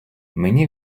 мені